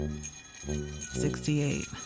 Sixty-eight